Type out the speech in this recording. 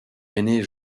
aîné